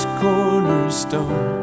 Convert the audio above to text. cornerstone